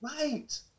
Right